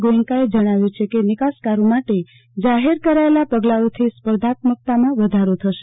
ગોયન્કાએ જણાવ્યુ છે કે નાકાસકારો માટે જાહેર કરાયેલા પગલાઓથી સ્પર્ધાત્મકતામાં વધારો થશે